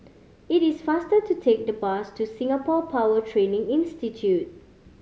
it is faster to take the bus to Singapore Power Training Institute